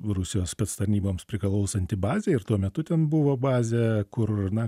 rusijos spec tarnyboms priklausanti bazė ir tuo metu ten buvo bazė kur na